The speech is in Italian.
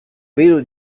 velo